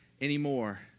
anymore